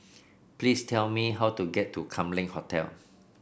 please tell me how to get to Kam Leng Hotel